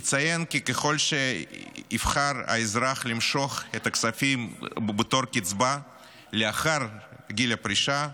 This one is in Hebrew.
אציין כי ככל שיבחר האזרח למשוך את הכספים בתור קצבה לאחר גיל הפרישה,